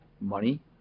money